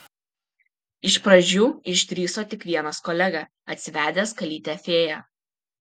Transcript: iš pradžių išdrįso tik vienas kolega atsivedęs kalytę fėją